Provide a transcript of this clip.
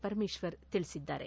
ಪರಮೇಶ್ವರ್ ತಿಳಿಸಿದ್ದಾರೆ